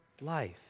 life